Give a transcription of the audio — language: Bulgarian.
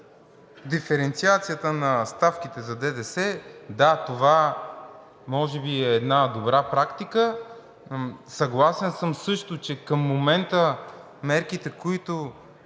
диференциацията на ставките за ДДС, да, това може би е една добра практика. Съгласен съм също, че към момента мерките, които